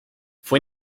fue